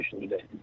today